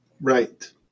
Right